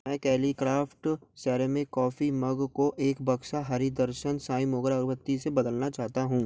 मैं कलेक्राफ्ट ceramic ceramic coffee mug को एक बक्सा हरी दर्शन साईं मोगरा अगरबत्ती से बदलना चाहता हूँ